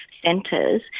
centres